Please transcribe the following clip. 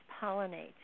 pollinate